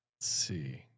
see